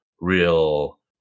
real